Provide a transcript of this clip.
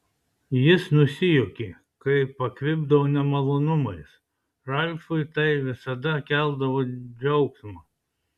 jis nusijuokė kai pakvipdavo nemalonumais ralfui tai visada keldavo džiaugsmą